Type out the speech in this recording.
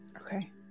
Okay